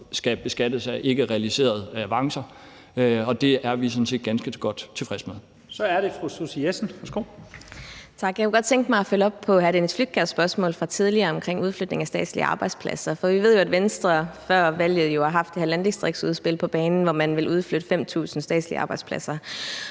skal beskattes af ikkerealiserede avancer. Det er vi sådan set ganske godt tilfredse med. Kl. 09:51 Første næstformand (Leif Lahn Jensen): Så er det fru Susie Jessen. Værsgo. Kl. 09:52 Susie Jessen (DD): Tak. Jeg kunne godt tænke mig at følge op på hr. Dennis Flydtkjærs spørgsmål fra tidligere omkring udflytning af statslige arbejdspladser, for vi ved jo, at Venstre før valget har haft det her landdistriktsudspil på banen, hvor man ville udflytte 5.000 statslige arbejdspladser.